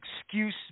excuse